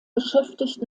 beschäftigt